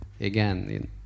again